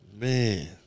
Man